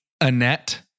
Annette